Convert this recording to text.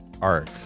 arc